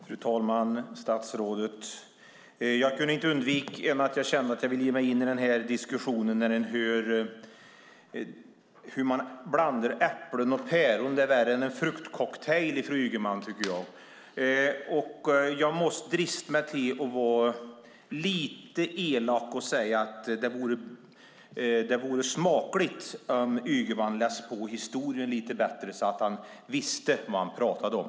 Fru talman! Statsrådet! Jag kunde inte annat än känna att jag ville ge mig in i diskussionen när jag hörde hur man blandar äpplen och päron. Det är värre än en fruktcocktail från Anders Ygeman. Jag måste drista mig till att vara lite elak och säga att det vore smakligt om Ygeman läste på historien lite bättre så att han visste vad han talade om.